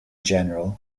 general